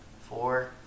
Four